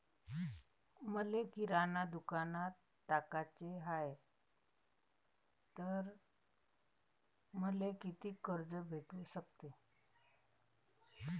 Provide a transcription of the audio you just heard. मले किराणा दुकानात टाकाचे हाय तर मले कितीक कर्ज भेटू सकते?